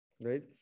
right